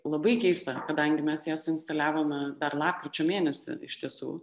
labai keista kadangi mes ją suinstaliavome dar lapkričio mėnesį iš tiesų